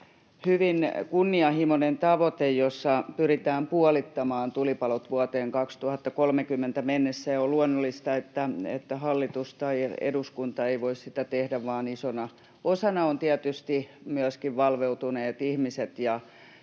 hyvin kunnianhimoinen tavoite, jossa pyritään puolittamaan tulipalot vuoteen 2030 mennessä, ja on luonnollista, että hallitus tai eduskunta ei voi sitä tehdä vaan isona osana ovat tietysti valveutuneet ihmiset